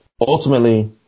ultimately